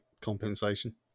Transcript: compensation